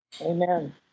Amen